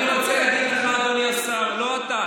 אני רוצה להגיד לך, אדוני השר: לא אתה.